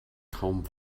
kaum